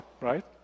right